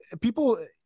people